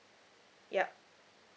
yup